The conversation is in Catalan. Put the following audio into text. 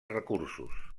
recursos